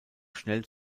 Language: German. schnell